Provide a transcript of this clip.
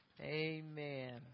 Amen